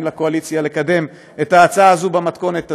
לקואליציה לקדם את ההצעה הזאת במתכונת הזאת,